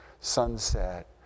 sunset